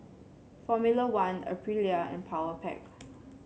Formula One Aprilia and Powerpac